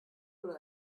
oder